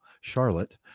Charlotte